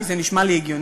כי זה נשמע לי הגיוני,